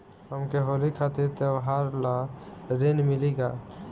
हमके होली खातिर त्योहार ला ऋण मिली का?